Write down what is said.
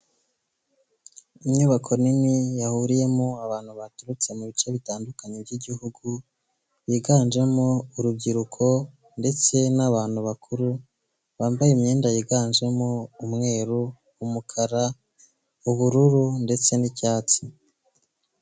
Inyubako nini yahuriyemo abantu baturutse mu bice bitandukanye by'igihugu biganjemo urubyiruko ndetse n'abantu bakuru bambaye imyenda yiganjemo umweru, umukara, ubururu ndetse n'icyatsi.